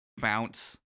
bounce